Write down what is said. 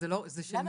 של מי?